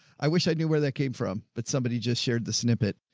i wish i knew where that came from, but somebody just shared the snippet.